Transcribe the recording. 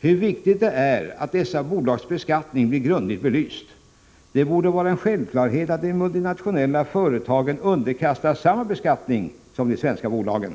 hur viktigt det är att dessa bolags beskattning blir grundligt belyst. Det borde vara en självklarhet att de multinationella företagen underkastas samma beskattning som de svenska bolagen.